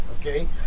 Okay